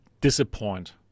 disappoint